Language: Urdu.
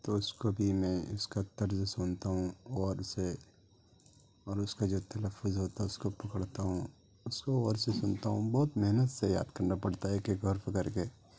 تو اس کو بھی میں اس کا طرز سنتا ہوں غور سے اور اس کا جو تلفظ ہوتا ہے اس کو پکڑتا ہوں اس کو غور سے سنتا ہوں بہت محنت سے یاد کرنا پڑتا ہے کہ غور فکر کر کے